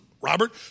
Robert